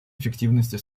эффективности